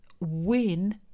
win